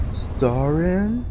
starring